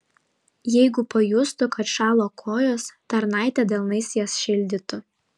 jeigu pajustų kad šąla kojos tarnaitė delnais jas šildytų